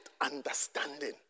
understanding